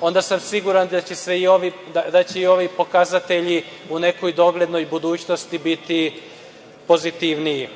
onda sam siguran da će i ovi pokazatelji u nekoj doglednoj budućnosti biti pozitivniji.